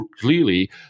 clearly